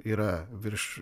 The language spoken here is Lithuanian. yra virš